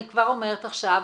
אני כבר אומרת עכשיו,